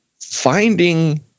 finding